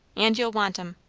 and you'll want em.